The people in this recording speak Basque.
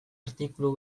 artikulu